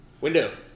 Window